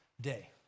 day